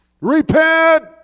Repent